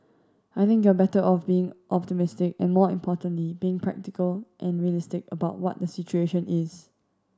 I think you're better off being optimistic and more importantly being practical and realistic about what the situation is